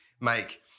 make